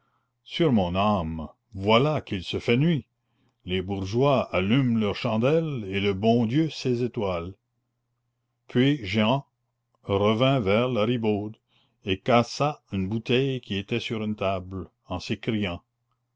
sur mon âme voilà qu'il se fait nuit les bourgeois allument leurs chandelles et le bon dieu ses étoiles puis jehan revint vers la ribaude et cassa une bouteille qui était sur une table en